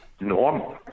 normal